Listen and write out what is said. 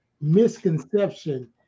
misconception